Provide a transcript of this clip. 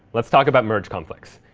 let's talk about merge conflicts.